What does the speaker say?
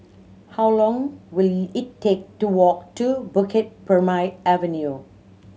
how long will it take to walk to Bukit Purmei Avenue